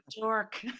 dork